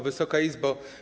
Wysoka Izbo!